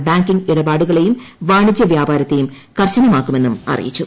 ഇത് ബാങ്കിംങ് ഇടപാടുകളെയും വാണിജ്യ വ്യാപാരത്തെയും കർശനമാക്കുമെന്നും അറിയിച്ചു